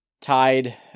tied